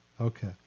Okay